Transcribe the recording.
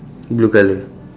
blue colour